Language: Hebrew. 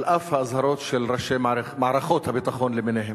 על אף האזהרות של ראשי מערכות הביטחון למיניהן.